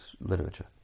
literature